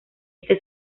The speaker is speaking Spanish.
este